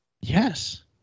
Yes